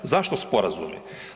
Zašto sporazumi?